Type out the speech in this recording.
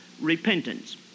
repentance